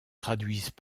traduisent